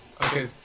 Okay